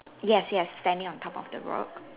yes yes standing on top of the rock